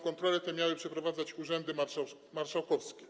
Kontrole te miały przeprowadzać urzędy marszałkowskie.